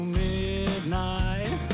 midnight